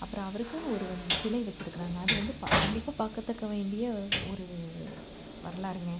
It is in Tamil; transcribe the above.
அப்புறம் அவருக்குன்னு ஒரு வந் சிலை வச்சிருக்கறாங்க அது வந்து ப கண்டிப்பாக பார்க்கத்தக்க வேண்டிய ஒரு வரலாறுங்க